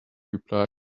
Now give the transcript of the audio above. reply